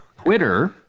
Twitter